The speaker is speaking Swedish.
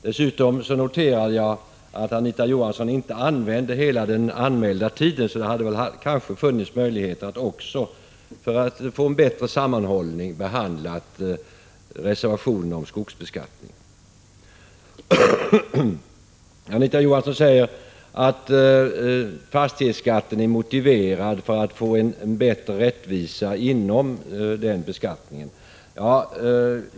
Dessutom noterade jag att Anita Johansson inte använde hela den anmälda tiden, så det hade väl funnits möjligheter att också, för att få en bättre sammanhållning av debatten, behandla reservationen om skogsbeskattning. Anita Johansson säger att fastighetsskatten är motiverad för att få en bättre rättvisa inom den beskattningsformen.